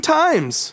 times